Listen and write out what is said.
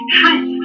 truth